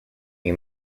you